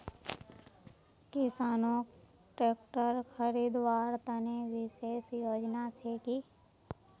किसानोक ट्रेक्टर खरीदवार तने विशेष योजना छे कि?